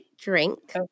drink